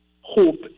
hope